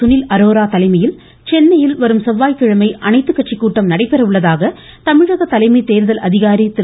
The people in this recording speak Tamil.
சுனில் அரோரா தலைமையில் சென்னையில் வரும் செவ்வாய்கிழமை அனைத்துக்கட்சி கூட்டம் நடைபெற உள்ளதாக தமிழக தலைமை தேர்தல் அதிகாரி திரு